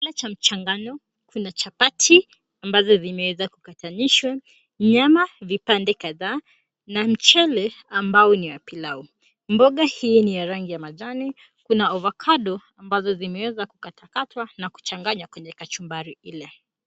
Chakula cha mchangano. Kuna chapati ambazo vimeweza kukatanishwa, nyama vipande kadhaa na mchele ambao ni wa pilau. Mboga hii ni ya rangi ya majani. Kuna ovacado ambazo zimewezwa kukatwakatwa na kuchanganywa kwenye kachumbari ile.